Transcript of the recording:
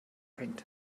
hängt